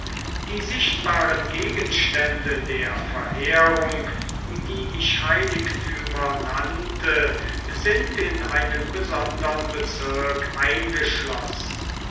die sichtbaren gegenstände der verehrung die ich heiligtümer nannte sind in einen besondern bezirk eingeschlossen